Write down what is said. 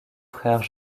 frère